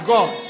God